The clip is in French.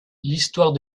l’histoire